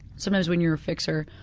sometimes when you're a fixer,